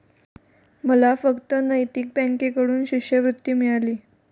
मला फक्त नैतिक बँकेकडून शिष्यवृत्ती मिळाली